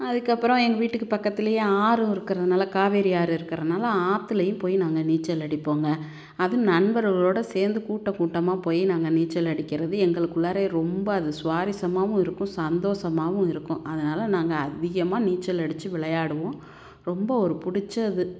அதுக்கப்புறம் எங்கள் வீட்டுக்கு பக்கத்துலேயே ஆறும் இருக்கிறதுனால காவேரி ஆறு இருக்கிறதுனால ஆற்றுலையும் போய் நாங்கள் நீச்சல் அடிப்போங்க அதுவும் நண்பர்களோடு சேர்ந்து கூட்டம் கூட்டமாக போய் நாங்கள் நீச்சல் அடிக்கிறது எங்களுக்கு உள்ளார ரொம்ப அது சுவாரஸ்யமாகவும் இருக்கும் சந்தோஷமாவும் இருக்கும் அதனால் நாங்கள் அதிகமாக நீச்சல் அடித்து விளையாடுவோம் ரொம்ப ஒரு பிடிச்சது